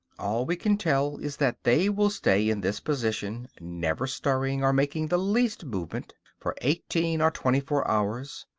all we can tell is that they will stay in this position, never stirring or making the least movement, for eighteen or twenty-four hours,